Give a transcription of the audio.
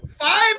five